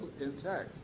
intact